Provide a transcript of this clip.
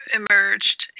emerged